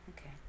Okay